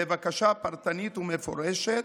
בבקשה פרטנית ומפורשת,